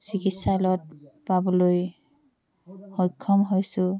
চিকিৎচালয়ত পাবলৈ সক্ষম হৈছো